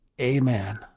Amen